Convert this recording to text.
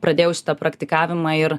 pradėjau šitą praktikavimą ir